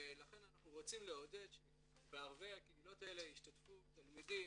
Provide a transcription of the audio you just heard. ולכן אנחנו רוצים לעודד שבערבי הקהילות האלה ישתתפו תלמידים,